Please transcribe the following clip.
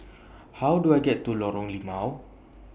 How Do I get to Lorong Limau